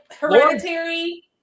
hereditary